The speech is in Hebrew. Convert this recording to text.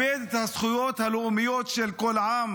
שבלכבד את הזכויות הלאומיות של כל עם,